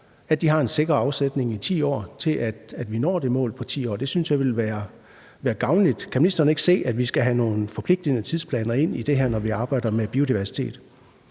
at de har en sikker afsætning i 10 år, så vi når det mål på 10 år. Det synes jeg ville være gavnligt. Kan ministeren ikke se, at vi skal have nogle forpligtende tidsplaner ind i det her, når vi arbejder med biodiversitet?